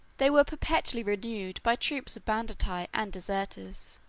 they were perpetually renewed by troops of banditti and deserters,